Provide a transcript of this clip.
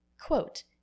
Quote